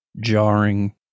jarring